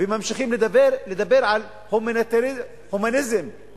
וממשיכים לדבר על הומניזם.